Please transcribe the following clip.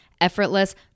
effortless